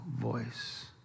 voice